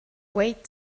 wait